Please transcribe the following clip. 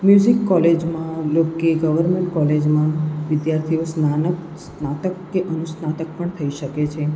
music કોલેજમાં લો કે ગવર્મેન્ટ કોલેજમાં વિદ્યાર્થીઓ સ્નાતક સ્નાતક કે અનુસ્નાતક પણ થઈ શકે છે